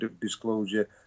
disclosure